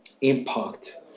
impact